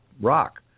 rock